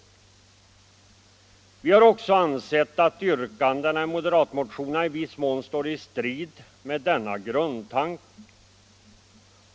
Vi har också ansett att yrkandena i moderatmotionerna i viss mån står i strid med denna grundtanke.